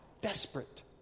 desperate